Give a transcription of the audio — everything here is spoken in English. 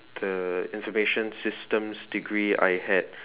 the information systems degree I had